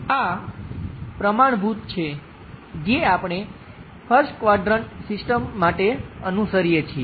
આ પ્રમાણભૂત છે જે આપણે 1st ક્વાડ્રંટ સિસ્ટમ્સ માટે અનુસરીએ છીએ